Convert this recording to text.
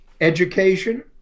education